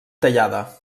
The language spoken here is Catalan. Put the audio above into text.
tallada